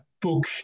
book